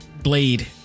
blade